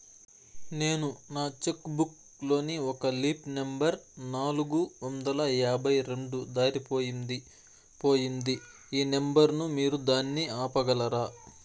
నేను నా cheque book లోని ఒక లీఫ్ నెంబర్ నాలుగు వందల యాభై రెండు దారిపొయింది పోయింది ఈ నెంబర్ ను మీరు దాన్ని ఆపగలరా?